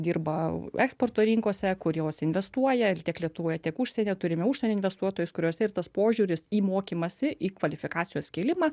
dirba eksporto rinkose kurios investuoja tiek lietuvoje tiek užsienyje turime užsienio investuotojus kuriuose ir tas požiūris į mokymąsi į kvalifikacijos kėlimą